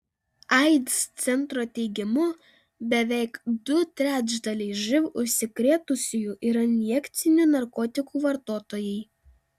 aids centro teigimu beveik du trečdaliai živ užsikrėtusiųjų yra injekcinių narkotikų vartotojai